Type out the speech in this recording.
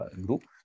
group